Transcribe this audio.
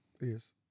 Yes